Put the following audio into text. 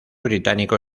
británico